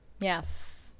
yes